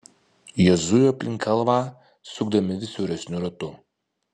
jie zujo aplink kalvą sukdami vis siauresniu ratu